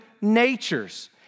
natures